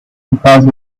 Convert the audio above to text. because